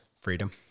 freedom